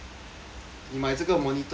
你买这个 monitor